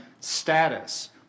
status